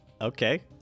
okay